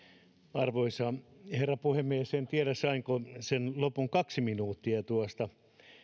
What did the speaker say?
arvoisa herra puhemies en tiedä sainko sen lopun kaksi minuuttia tuosta